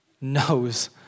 knows